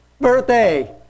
Birthday